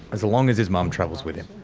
as long as his mum travels with him.